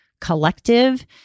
collective